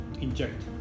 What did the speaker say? inject